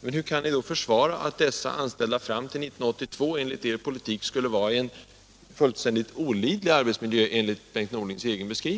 Men hur kan ni då försvara att dessa anställda fram till 1982 enligt er politik skulle arbeta i en tydligen fullständigt olidlig miljö?